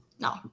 No